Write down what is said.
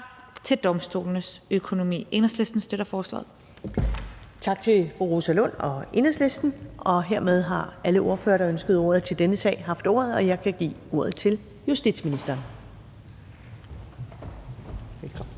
Første næstformand (Karen Ellemann): Tak til fru Rosa Lund og Enhedslisten. Hermed har alle ordførere, der har ønsket ordet til denne sag, haft ordet, og jeg kan give ordet til justitsministeren. Velkommen.